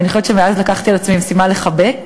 אני חושבת שמאז לקחתי על עצמי משימה לחבק,